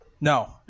No